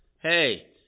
Hey